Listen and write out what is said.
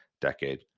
decade